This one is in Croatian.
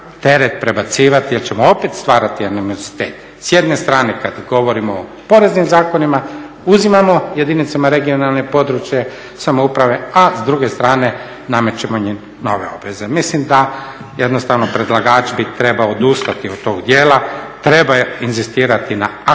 teret prebacivati jer ćemo opet stvarati animozitet s jedne strane kada govorimo o poreznim zakonima uzimamo jedinicama regionalne, područne samouprave a s druge strane namećemo im nove obveze. Mislim da jednostavno predlagač bi trebao odustati od tog dijela, treba inzistirati na aktivnoj